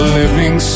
living